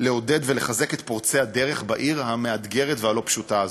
לעודד ולחזק את פורצי הדרך בעיר המאתגרת והלא-פשוטה הזאת.